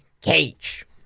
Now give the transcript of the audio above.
Cage